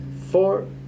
four